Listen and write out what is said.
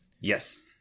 Yes